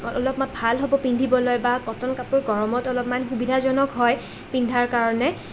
অলপমান ভাল হ'ব পিন্ধিবলৈ বা কটন কাপোৰ গৰমত অলমান সুবিধাজনক হয় পিন্ধাৰ কাৰণে